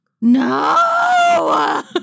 No